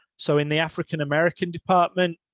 so, in the african american department,